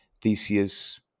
theseus